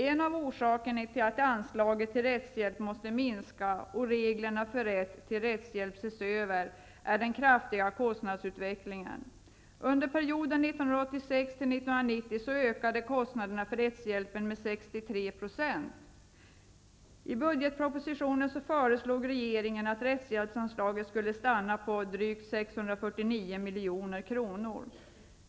En av orsakerna till att anslaget till rättshjälp måste minska och reglerna för rätt till rättshjälp ses över är den kraftiga kostnadsutvecklingen. Under perioden 1986--1990 ökade kostnaderna för rättshjälpen med 63 %. I budgetpropositionen föreslog regeringen att rättshjälpsanslaget skulle stanna på drygt 649 milj.kr.